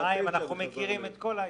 חיים, אנחנו מכירים את ההיסטוריה.